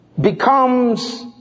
becomes